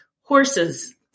horses